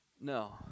No